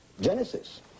Genesis